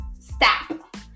stop